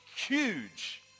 huge